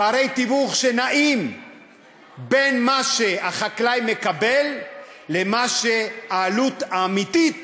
פערי תיווך שנעים בין מה שהחקלאי מקבל למה שהוא העלות האמיתית